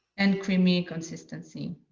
and creamy consistency.